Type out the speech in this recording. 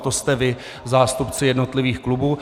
To jste vy, zástupci jednotlivých klubů.